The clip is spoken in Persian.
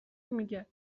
میگه